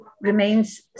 remains